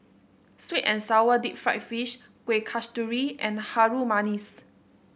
sweet and sour Deep Fried Fish Kueh Kasturi and Harum Manis